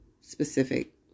specific